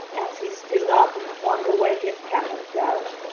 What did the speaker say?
as he stood up and flung away his cap of dough,